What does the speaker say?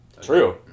True